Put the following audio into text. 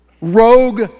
rogue